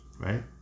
right